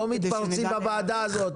לא מתפרצים בוועדה הזאת.